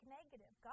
negative